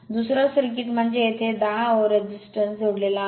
दुसरा सर्किट म्हणजे येथे 10 ओव्हर रेझिस्टन्स जोडलेला आहे